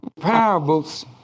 parables